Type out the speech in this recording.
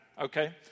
okay